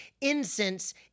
Incense